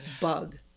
bug